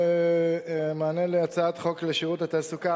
מענה להצעת חוק שירות התעסוקה,